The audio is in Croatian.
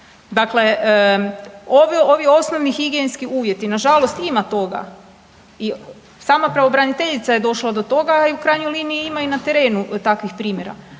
Dakle, ovi osnovni higijenski uvjeti na žalost ima toga. I sama pravobraniteljica je došla do toga i u krajnjoj liniji ima i na terenu takvih primjera.